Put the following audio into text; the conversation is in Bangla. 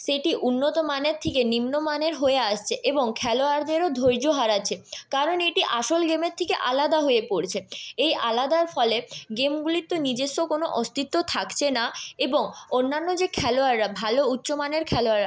সেটি উন্নতমানের থেকে নিম্নমানের হয়ে আসছে এবং খেলোয়াড়দেরও ধৈর্য হারাচ্ছে কারণ এটি আসল গেমের থেকে আলাদা হয়ে পড়ছে এই আলাদার ফলে গেমগুলির তো নিজস্ব কোনো অস্তিত্ব থাকছে না এবং অন্যান্য যে খেলোয়াড়রা ভালো উচ্চমানের খেলোয়াড়